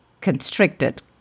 constricted